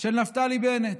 של נפתלי בנט.